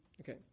Okay